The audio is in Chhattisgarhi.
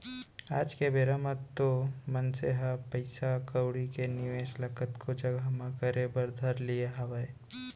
आज के बेरा म तो मनसे ह पइसा कउड़ी के निवेस ल कतको जघा म करे बर धर लिये हावय